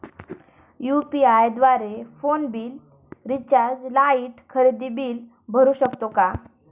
UPI द्वारे phone bill, recharge, light, खरेदी bill भरू शकतो का?